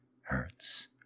hurts